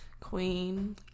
Queen